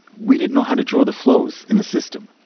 we didn't know how to draw the flows in the system,